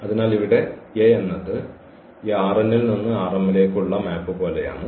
അതിനാൽ ഇവിടെ A എന്നത് ഈ ൽ നിന്ന് ലേക്ക് ഉള്ള മാപ്പ് പോലെയാണ്